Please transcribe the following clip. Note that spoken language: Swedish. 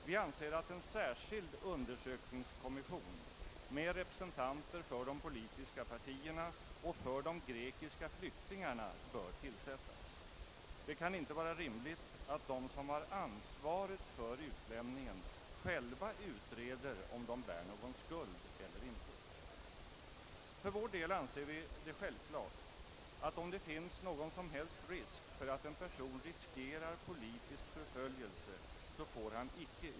Vi anser att en särskild undersökningskommission med representanter för de politiska partierna och för de grekiska flyktingarna bör tillsättas. Det kan inte vara rimligt att de som har ansvaret för utlämningen själva utreder om de bär någon skuld eller inte. För vår del anser vi det självklart att en person icke får utvisas, om det finns någon som helst fara för att han riskerar politisk förföljelse.